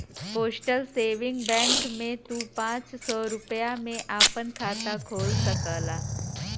postal saving bank में तू पांच सौ रूपया में आपन खाता खोल सकला